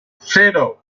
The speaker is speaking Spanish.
cero